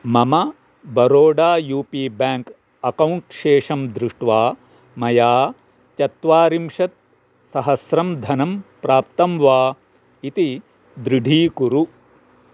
मम Baroda U P bank account शेषं दृष्ट्वा मया चत्वारिंशत्सहस्रं धनं प्राप्तं वा इति दृढीकुरु